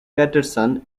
patterson